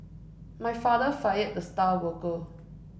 my father fired the star worker